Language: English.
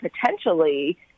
potentially